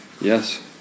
Yes